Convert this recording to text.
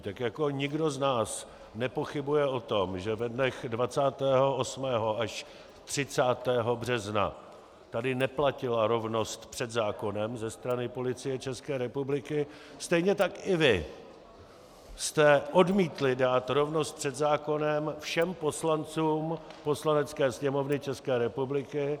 Tak jako nikdo z nás nepochybuje o tom, že ve dnech 28. až 30. března tady neplatila rovnost před zákonem ze strany Policie České republiky, stejně tak i vy jste odmítli dát rovnost před zákonem všem poslancům Poslanecké sněmovny České republiky.